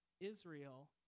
Israel